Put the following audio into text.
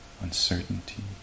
uncertainty